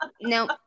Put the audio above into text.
No